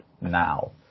now